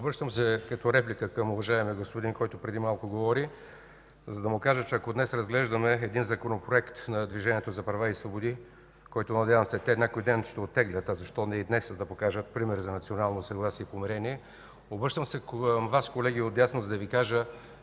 Обръщам се с реплика към уважаемия господин, който преди малко говори, за да му кажа, че днес разглеждаме един законопроект на Движението за права и свободи, който, надявам се, че те някой ден ще оттеглят, а защо не и днес, за да покажат пример за национално съгласие и помирение. Обръщам се към Вас, колеги от дясно, обръщам